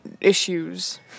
issues